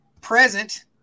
present